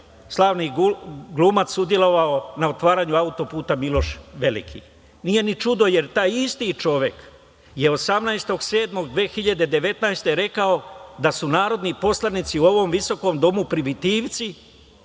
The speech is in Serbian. slavni glumac sudelovao na otvaranju autoputa „Miloš veliki“. Nije ni čudo, jer taj isti čovek je 18. jula 2019. godine rekao da su narodni poslanici u ovom visokom domu primitivci,